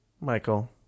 Michael